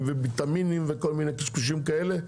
עם ויטמינים וכל מיני קשקושים כאלה.